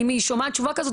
אם היא שומעת תשובה כזאת,